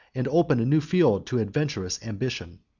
and open a new field to adventurous ambition.